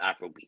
afrobeat